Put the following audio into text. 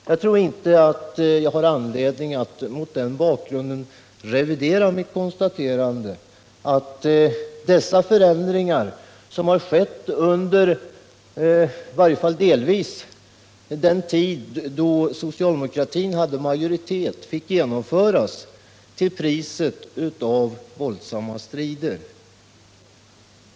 Jag tror inte att jag mot den bakgrunden har anledning att revidera mitt konstaterande att de förändringar som skett under — i varje fall delvis — den tid då socialdemokratin hade majoritet kunde genomföras till priset av våldsamma strider.